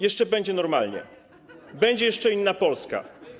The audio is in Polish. Jeszcze będzie normalnie, będzie jeszcze inna Polska.